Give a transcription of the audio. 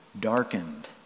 darkened